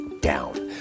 down